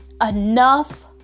enough